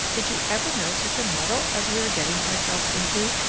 did you ever know such a muddle as we are getting ourselves into?